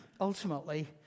ultimately